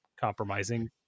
compromising